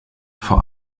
vor